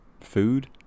food